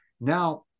now